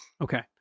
Okay